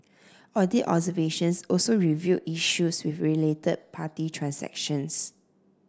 audit observations also revealed issues with related party transactions